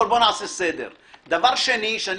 אני מצביע.